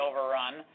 overrun